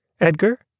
Edgar